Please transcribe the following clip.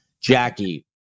Jackie